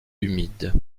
humide